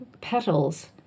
petals